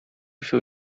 się